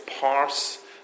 parse